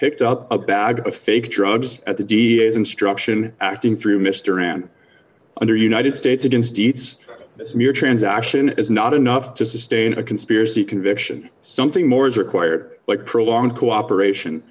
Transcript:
picked up a bag of fake drugs at the instruction acting through mr and under united states against gz this mere transaction is not enough to sustain a conspiracy conviction something more is required like prolonged cooperation